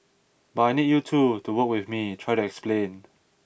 but I need you too to work with me try to explain